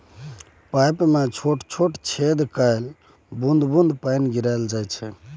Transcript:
pipe मे छोट छोट छेद कए बुंद बुंद पानि गिराएल जाइ छै